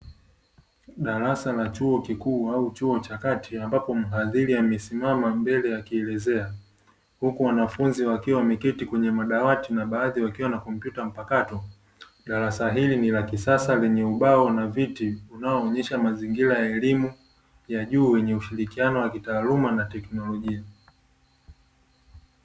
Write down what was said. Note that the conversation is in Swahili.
Darasa la chuo kikuu au chuo cha kati ambapo mhadhiri amesimama mbele akielezea, huku wanafunzi wakiwa wameketi kwenye madawati na baadhi wakiwa na kompyuta mpakato, darasa hili ni la kisasa lenye ubao na viti unaoonyesha mazingira ya elimu ya juu wenye ushikirikiano wa kitaaluma na teknolojia.